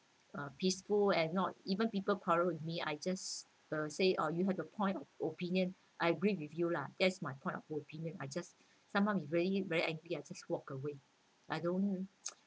uh peaceful and not even people quarrel with me I just uh say oh you have the point opinion I agree with you lah that's my point of opinion I just sometimes be very very angry I just walk away I don't